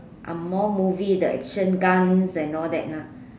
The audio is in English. angmoh movie the action guns and all that ah